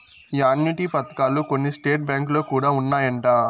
annuity పథకాలు కొన్ని state బ్యాంకులో కూడా ఉన్నాయంట